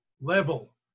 level